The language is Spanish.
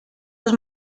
los